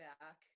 back